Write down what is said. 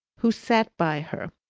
who sat by her,